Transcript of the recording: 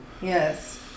yes